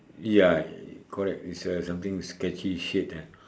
ya correct it's a something sketchy shade eh